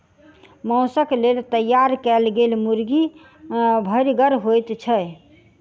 मौसक लेल तैयार कयल गेल मुर्गी भरिगर होइत छै